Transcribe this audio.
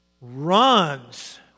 runs